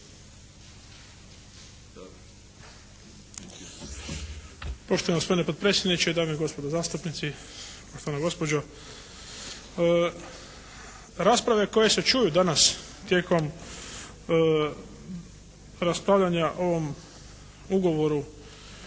Poštovani gospodine potpredsjedniče, dame i gospodo zastupnici, poštovana gospođo. Rasprave koje se čuju danas tijekom raspravljanja o ovom Ugovoru